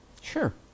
Sure